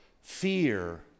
fear